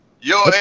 Yo